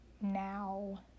Now